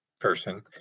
person